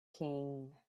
king